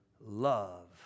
love